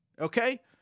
Okay